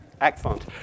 excellent